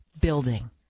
building